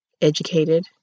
educated